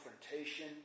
confrontation